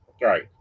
right